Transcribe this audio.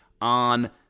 on